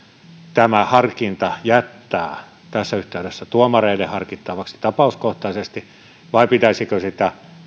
tämä harkinta jättää tässä yhteydessä tuomareiden harkittavaksi tapauskohtaisesti vai pitäisikö sitä